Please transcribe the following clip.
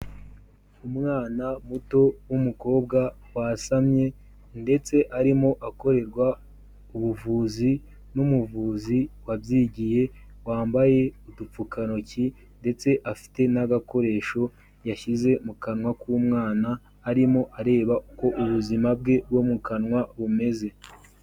Umwana muto w'umukobwa wasamye ndetse arimo akorerwa ubuvuzi n'umuvuzi wabyigiye, wambaye udupfukantoki ndetse afite n'agakoresho yashyize mu kanwa k'umwana, arimo areba uko ubuzima bwe bwo mu kanwa bumeze.